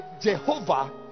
Jehovah